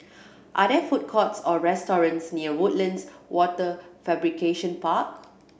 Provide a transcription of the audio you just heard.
are there food courts or restaurants near Woodlands Wafer Fabrication Park